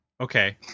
Okay